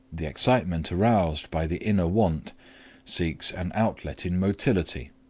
the excitement aroused by the inner want seeks an outlet in motility,